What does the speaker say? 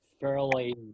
fairly